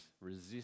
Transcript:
resist